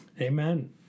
Amen